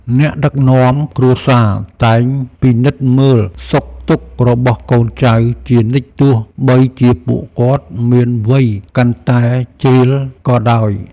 អ្នកដឹកនាំគ្រួសារតែងពិនិត្យមើលសុខទុក្ខរបស់កូនចៅជានិច្ចទោះបីជាពួកគាត់មានវ័យកាន់តែជ្រេក៏ដោយ។